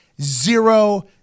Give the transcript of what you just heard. zero